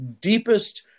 deepest